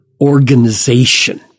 organization